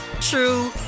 true